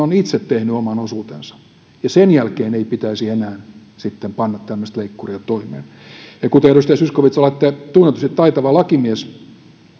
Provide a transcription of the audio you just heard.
on itse tehnyt oman osuutensa ja sen jälkeen ei pitäisi enää sitten panna tämmöistä leikkuria toimeen edustaja zyskowicz kun olette tunnetusti taitava lakimies